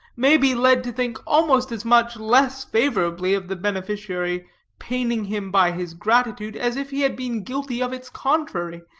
may be led to think almost as much less favorably of the beneficiary paining him by his gratitude, as if he had been guilty of its contrary,